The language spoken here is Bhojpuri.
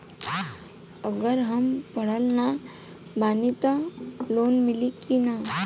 अगर हम पढ़ल ना बानी त लोन मिली कि ना?